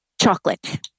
chocolate